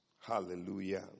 Hallelujah